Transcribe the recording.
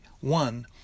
one